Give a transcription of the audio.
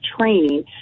training